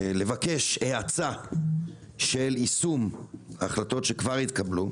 לבקש האצה של יישום ההחלטות של ההסכם שכבר התקבלו.